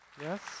Yes